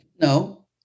No